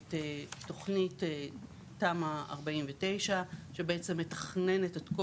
מובילים את תכנית תמ"א 49 שבעצם מתכננת את כל